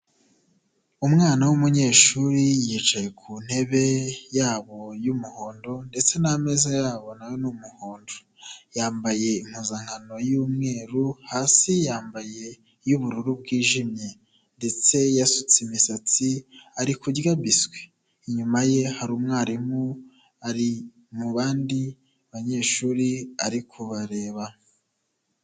Umwana w'umunyeshuri yicaye ku ntebe y'abo y'umuhondo ndetse n'ameza y'abo na yo ni umuhondo, yambaye impuzankano y'umweru hasi yambaye y'ubururu bwijimye ndetse yasutse imisatsi, ari kurya biswi, inyuma ye hari umwarimu ari mubandi banyeshuri ari kureba.